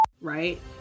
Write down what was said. Right